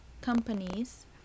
companies